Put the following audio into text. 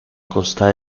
costa